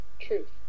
Truth